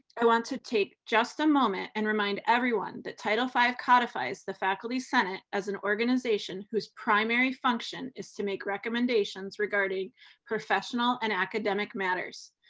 i want to take just a moment and remind everyone that title five codifies the faculty senate as an organization whose primary function is to make recommendations regarding professional and academic matters.